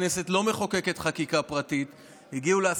באמת